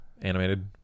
Animated